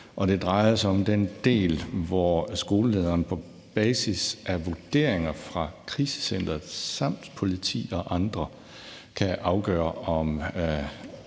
og det drejer sig om den del, hvor skolelederen på basis af vurderinger fra krisecenteret samt politiet og andre kan afgøre,